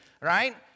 right